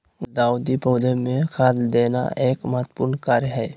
गुलदाऊदी पौधा मे खाद देना एक महत्वपूर्ण कार्य हई